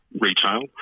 retail